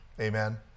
Amen